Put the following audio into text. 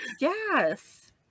yes